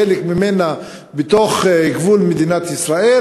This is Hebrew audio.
חלק ממנה בתוך גבול מדינת ישראל,